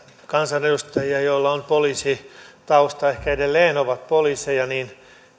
kansanedustajia joilla on poliisitausta ehkä edelleen ovat poliiseja niin